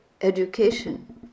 education